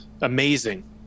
amazing